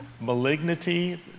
malignity